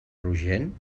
rogenc